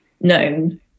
known